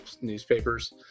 newspapers